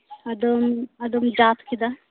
ᱟᱫᱚᱢ ᱟᱫᱚᱢ ᱡᱟᱵᱽ ᱠᱮᱫᱟ